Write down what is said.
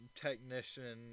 technician